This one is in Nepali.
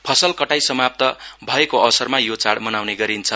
फसल कराई समाप्त भएको अवसरमा यो चाढ़ मनाउने गरिन्छ